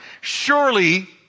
Surely